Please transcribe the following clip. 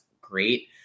great